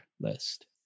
list